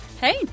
Hey